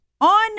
on